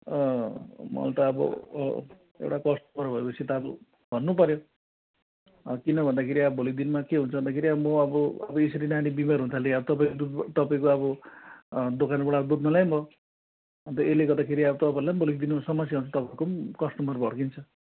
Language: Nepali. मैले त अब एउटा कस्टमर भएपछि त अब भन्नुपऱ्यो किनभन्दा फेरि भोलिको दिनमा अब के हुन्छ भन्दाखेरि म अब यसरी नानी बिमार हुन थाल्यो तपाईँको अब दुध तपाईँको अब दोकानबाट दुध नल्याए पनि भयो अन्त यसले गर्दाखेरि तपाईँहरूलाई भोलिको दिनमा समस्या हुन्छ कस्टमर भड्किन्छ